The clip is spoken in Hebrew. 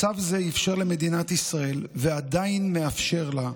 מצב זה אפשר למדינת ישראל, ועדיין מאפשר לה,